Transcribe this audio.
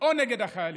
או נגד החיילים.